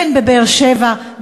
בין בבאר-שבע,